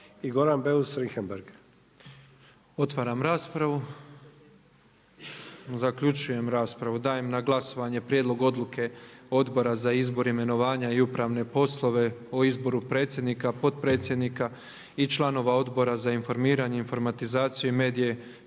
Božo (MOST)** Otvaram raspravu. Zaključujem raspravu. Dajem na glasovanje pPrijedlog odluke Odbora za izbor, imenovanja i upravne poslove o izboru predsjednika, potpredsjednika i članova Odbora za informiranje, informatizaciju i medije